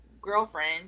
girlfriend